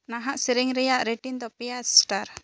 ᱱᱟᱦᱟᱜ ᱥᱮᱨᱮᱧ ᱨᱮᱭᱟᱜ ᱨᱮᱴᱤᱝ ᱫᱚ ᱯᱮᱭᱟ ᱥᱴᱟᱨ